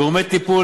גורמי טיפול,